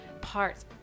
parts